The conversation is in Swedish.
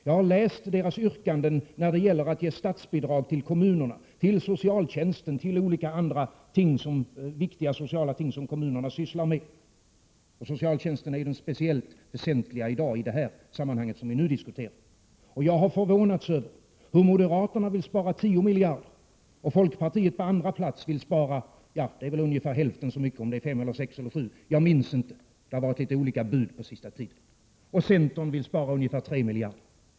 Jag har läst deras yrkanden när det gäller statsbidrag till kommunerna för socialtjänsten och olika andra viktiga sociala ting som kommunerna sysslar med. Socialtjänsten är ju det speciellt väsentliga i det sammanhang som vii dag diskuterar. Jag har förvånats över hur moderaterna vill spara 10 miljarder kronor, hur folkpartiet på andra plats vill spara ungefär hälften så mycket — jag minns inte riktigt om det är 5, 6 eller 7 miljarder, det har varit litet olika bud på sista tiden — och hur centern vill spara ungefär 3 miljarder kronor.